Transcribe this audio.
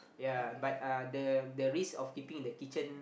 yea but uh the the risk of keeping in the kitchen